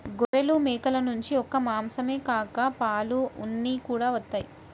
గొర్రెలు, మేకల నుంచి ఒక్క మాసం మాత్రమే కాక పాలు, ఉన్ని కూడా వత్తయ్